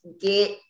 Get